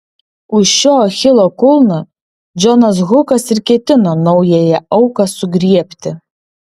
už šio achilo kulno džonas hukas ir ketino naująją auką sugriebti